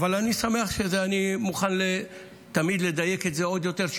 אני תמיד מוכן לדייק את זה עוד יותר,